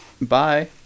Bye